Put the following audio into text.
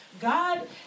God